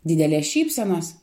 didelės šypsenos